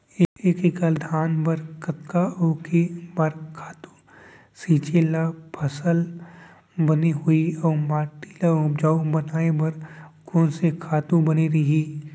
एक एक्कड़ धान बर कतका कतका अऊ के बार खातू छिंचे त फसल बने होही अऊ माटी ल उपजाऊ बनाए बर कोन से खातू बने रही?